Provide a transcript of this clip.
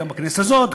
גם בכנסת הזאת,